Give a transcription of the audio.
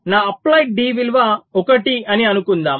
నా applied D విలువ 1 అని అనుకుందాం